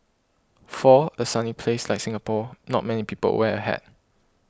for a sunny place like Singapore not many people wear a hat